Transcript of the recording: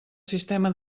sistema